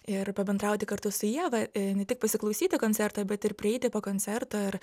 ir pabendrauti kartu su ieva i ne tik pasiklausyti koncerto bet ir prieiti po koncerto ir